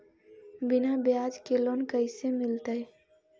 बिना ब्याज के लोन कैसे मिलतै?